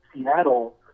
Seattle